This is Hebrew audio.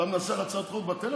אתה מנסח הצעת חוק בטלפון?